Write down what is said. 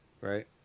Right